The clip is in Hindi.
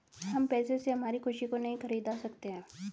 हम पैसे से हमारी खुशी को नहीं खरीदा सकते है